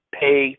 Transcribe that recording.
pay